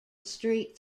street